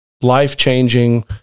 life-changing